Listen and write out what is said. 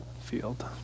field